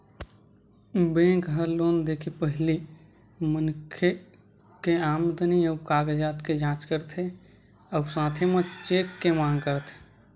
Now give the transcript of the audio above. bank ह loan दे के पहिली मनखे के आमदनी अउ कागजात के जाँच करथे अउ साथे म चेक के मांग करथे